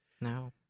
No